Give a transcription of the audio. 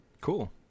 Cool